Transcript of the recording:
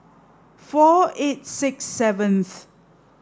four eight six seventh